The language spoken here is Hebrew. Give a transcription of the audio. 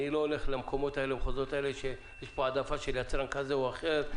אני לא הולך למחוזות שיש העדפה של יצרן כזה או אחר.